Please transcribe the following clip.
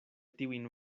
tiujn